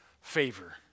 favor